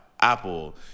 Apple